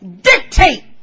dictate